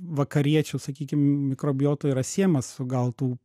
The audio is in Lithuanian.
vakariečių sakykim mikrobiotoj yra siejamas su gal tų